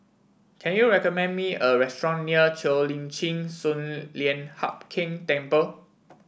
can you recommend me a restaurant near Cheo Lim Chin Sun Lian Hup Keng Temple